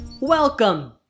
Welcome